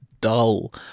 dull